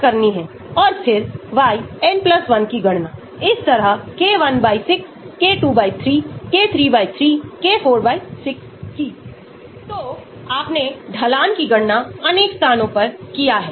तो विशिष्ट Hansch समीकरण याद रखें कि QSAR हम केवल तभी विकसित कर सकते हैं जब हमारे पास उस गतिविधि के लिए कुछ प्रायोगिक डेटा हो जो बाएं हाथ की ओर है अथवा हमें साहित्य से कुछ डेटा मिलता है जहां किसी और ने यौगिक की श्रृंखला के लिए गतिविधि का अनुमान लगाया है